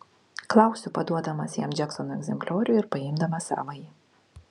klausiu paduodamas jam džeksono egzempliorių ir paimdamas savąjį